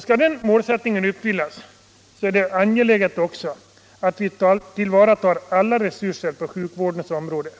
Skall den målsättningen uppfyllas är det angeläget att vi tillvaratar alla resurser på sjukvårdens område.